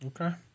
Okay